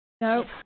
no